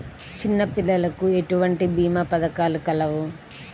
చిన్నపిల్లలకు ఎటువంటి భీమా పథకాలు కలవు?